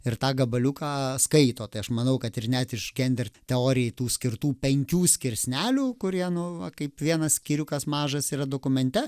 ir tą gabaliuką skaito tai aš manau kad ir net iš gender teorijai tų skirtų penkių skirsnelių kurie nu va kaip vienas skyriukas mažas yra dokumente